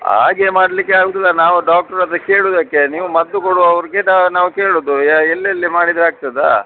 ಹಾಗೆ ಮಾಡಲಿಕ್ಕೆ ಆಗುವುದಿಲ್ಲ ನಾವು ಡಾಕ್ಟ್ರ್ ಹತ್ರ ಕೇಳೋದು ಯಾಕೆ ನೀವು ಮದ್ದು ಕೊಡುವವರಿಗೆ ದ ನಾವು ಕೇಳೋದು ಎಲ್ಲೆಲ್ಲಿ ಮಾಡಿದರೆ ಆಗ್ತದೆ